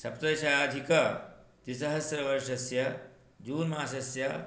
सप्तदशाधिकद्विसहस्रवर्षस्य June मासस्य